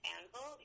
Anvil